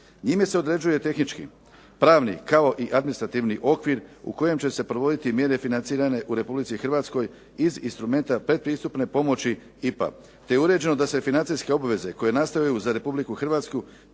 Njime se određuje tehnički, pravni kao i administrativni okvir u kojem će se provoditi mjere financirane u RH iz instrumenta predpristupne pomoći IPA te je uređeno da se financijske obveze koje nastaju za RH podmiruju